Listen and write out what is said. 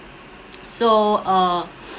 so uh